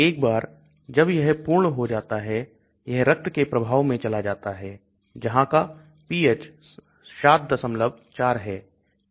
एक बार जब यह पूर्ण हो जाता है यह रक्त के प्रभाव में चला जाता है जहां का pH 74 है